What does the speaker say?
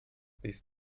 these